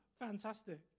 Fantastic